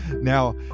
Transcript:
Now